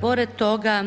Pored toga,